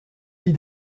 lie